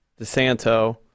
DeSanto